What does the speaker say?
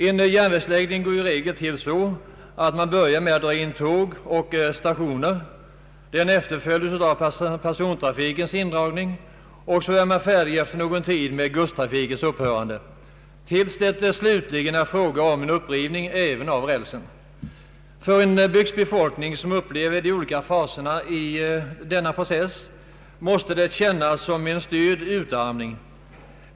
En järnvägsnedläggelse går i regel så till att man börjar med att dra in tåg och stationer. Den efterföljs av persontrafikens indragning, och efter någon tid upphör också godstrafiken. Slutligen blir det fråga om en upprivning även av rälsen. För en bygds befolkning, som upplever de olika faserna i denna process, måste det kännas som en styrd utarmning.